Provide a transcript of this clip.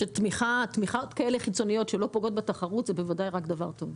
תמיכות חיצוניות שלא פוגעות בתחרות זה דבר טוב.